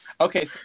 Okay